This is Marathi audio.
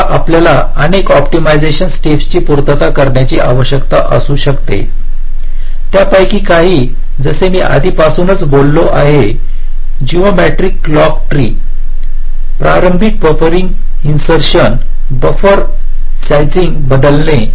तर आपल्याला अनेक ऑप्टिमायझेशन स्टेप्स ची पूर्तता करण्याची आवश्यकता असू शकते त्यापैकी काही जसे मी आधीपासूनच बोललो आहे जओमेट्रीक क्लॉक ट्री प्रारंभिक बफरिंग इन्सेरशन बफर साइझिंग बदलणे